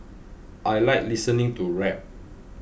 I like listening to rap